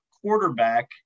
quarterback